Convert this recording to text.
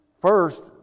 First